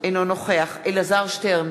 אינו נוכח אלעזר שטרן,